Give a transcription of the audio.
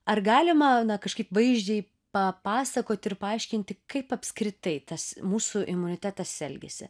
ar galima kažkaip vaizdžiai papasakoti ir paaiškinti kaip apskritai tas mūsų imunitetas elgiasi